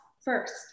first